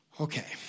Okay